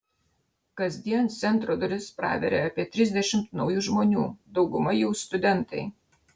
kasdien centro duris praveria apie trisdešimt naujų žmonių dauguma jų studentai